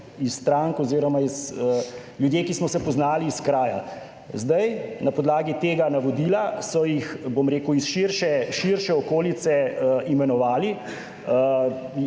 iz strank oziroma ljudje, ki smo se poznali iz kraja. Zdaj na podlagi tega navodila so jih, bom rekel, iz širše, širše okolice imenovali.